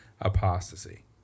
apostasy